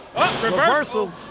reversal